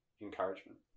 encouragement